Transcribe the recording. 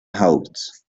hawks